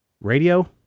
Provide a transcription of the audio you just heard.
radio